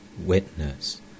witness